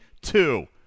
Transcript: two